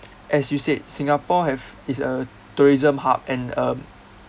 as you said singapore have is a tourism hub and um